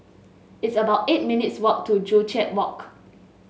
it's about eight minutes' walk to Joo Chiat Walk